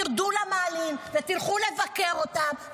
תרדו למאהלים ותלכו לבקר אותם.